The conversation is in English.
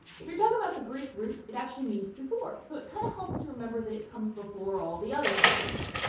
if you're talking about the greek root, it actually means before. so it kind of helps you remember that it comes before all the other stages